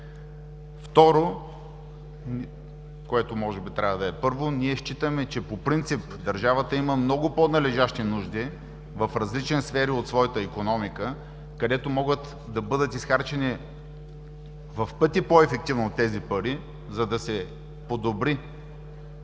Второ, което може би трябва да е първо, ние считаме, че по принцип държавата има много по-належащи нужди в различни сфери от своята икономика, където могат да бъдат изхарчени в пъти по-ефективно тези пари, за да се подобри